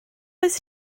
oes